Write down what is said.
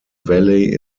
valley